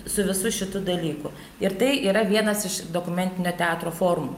su visu šitų dalyku ir tai yra vienas iš dokumentinio teatro formų